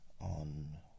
on